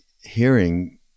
hearing